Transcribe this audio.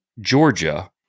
Georgia